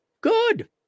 Good